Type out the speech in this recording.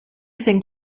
think